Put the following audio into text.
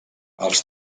els